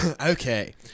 Okay